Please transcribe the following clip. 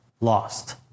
lost